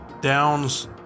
downs